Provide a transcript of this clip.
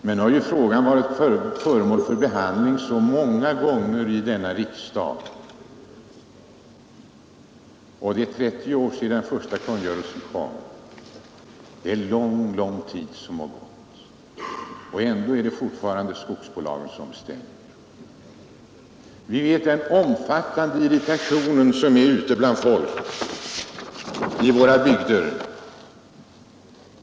Men nu har ju frågan varit föremål för behandling i riksdagen under många år. Det är 30 år sedan den första kungörelsen utfärdades. Det har alltså gått lång tid. Och ändå är det fortfarande skogsbolagen som bestämmer. Det råder en omfattande irritation ute bland folk i våra bygder.